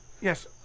yes